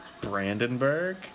Brandenburg